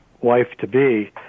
wife-to-be